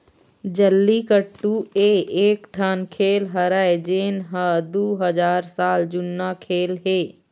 जल्लीकट्टू ए एकठन खेल हरय जेन ह दू हजार साल जुन्ना खेल हे